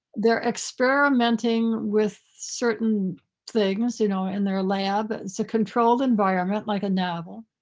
they're experimenting with certain things, you know, in their lab, it's a controlled environment like a novel.